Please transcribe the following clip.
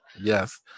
Yes